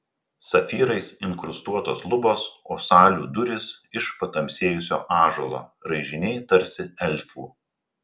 safyrais inkrustuotos lubos o salių durys iš patamsėjusio ąžuolo raižiniai tarsi elfų